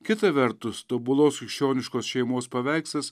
kita vertus tobulos krikščioniškos šeimos paveikslas